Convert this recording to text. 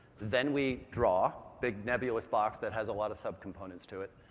then we draw big, nebulous box that has a lot of subcomponents to it,